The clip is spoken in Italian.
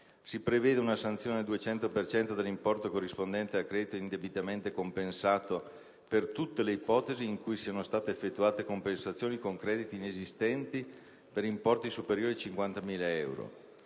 si prevede una sanzione del 200 per cento dell'importo corrispondente al credito indebitamente compensato per tutte le ipotesi in cui siano state effettuate compensazioni con crediti inesistenti per importi superiori a 50.000 euro;